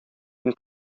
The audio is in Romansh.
ein